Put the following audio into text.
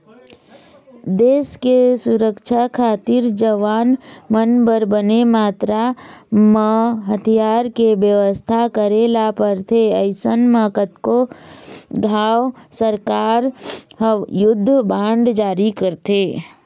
देस के सुरक्छा खातिर जवान मन बर बने मातरा म हथियार के बेवस्था करे ल परथे अइसन म कतको घांव सरकार ह युद्ध बांड जारी करथे